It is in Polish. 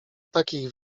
takich